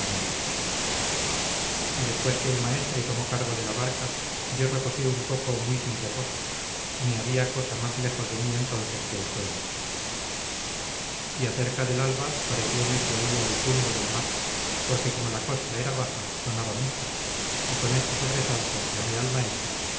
y después que el maestre tomó cargo de la barca yo reposé un poco muy sin reposo ni había cosa más lejos de mí entonces que el sueño y acerca del alba parecióme que oía el tumbo del mar porque como la costa era baja sonaba mucho y con este sobresalto llamé al maestre